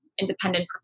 independent